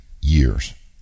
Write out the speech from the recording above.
years